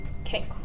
Okay